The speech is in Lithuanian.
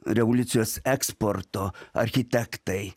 revoliucijos eksporto architektai